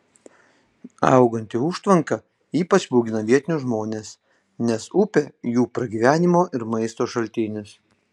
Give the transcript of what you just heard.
auganti užtvanka ypač baugina vietinius žmones nes upė jų pragyvenimo ir maisto šaltinis